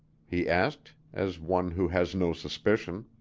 he asked, as one who has no suspicion.